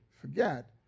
forget